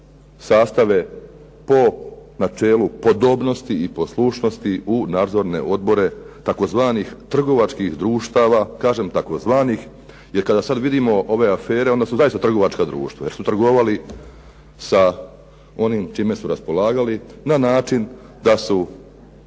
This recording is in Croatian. sastave po načelu podobnosti i poslušnosti u nadzorne odbore tzv. trgovačkih društava, kažem tzv. jer kada sad vidimo ove afere onda su zaista trgovačka društva jer su trgovali s onim s čime su raspolagali na način da su